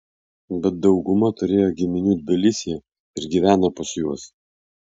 bet dauguma turėjo giminių tbilisyje ir gyvena pas juos